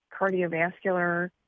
cardiovascular